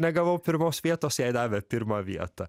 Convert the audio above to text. negavau pirmos vietos jai davė pirmą vietą